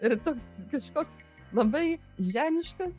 ir toks kažkoks labai žemiškas